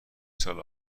سال